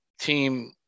team